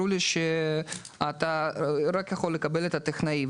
לי שאני יכול לקבל רק הכרה כטכנאי,